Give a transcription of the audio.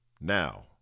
Now